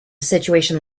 situation